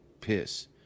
piss